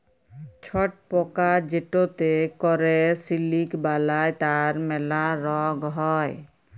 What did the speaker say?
ছট পকা যেটতে ক্যরে সিলিক বালাই তার ম্যালা রগ হ্যয়